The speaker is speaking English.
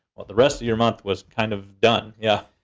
the rest of your month was kind of done, yeah.